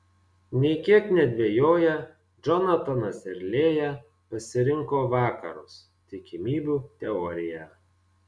nė kiek nedvejoję džonatanas ir lėja pasirinko vakarus tikimybių teoriją